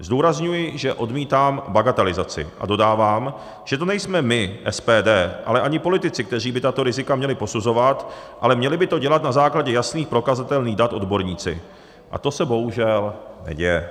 Zdůrazňuji, že odmítám bagatelizaci, a dodávám, že to nejsme my, SPD, ale ani politici, kteří by tato rizika měli posuzovat, ale měli by to dělat na základě jasných, prokazatelných dat odborníci, a to se, bohužel, neděje.